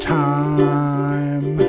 time